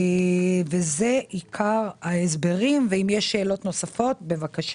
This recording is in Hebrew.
זה עיקר ההסברים, אם יש שאלות נוספות, בבקשה.